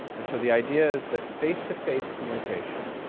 and so the idea is that face-to-face communication,